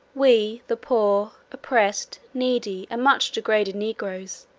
we the poor, oppressed, needy, and much-degraded negroes,